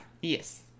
Yes